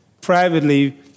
privately